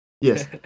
Yes